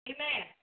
Amen